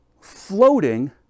floating